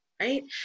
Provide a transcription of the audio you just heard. right